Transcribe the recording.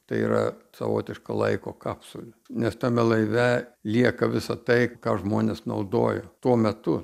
tai yra savotiška laiko kapsulė nes tame laive lieka visa tai ką žmonės naudojo tuo metu